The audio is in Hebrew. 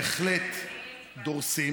אתם בהחלט דורסים.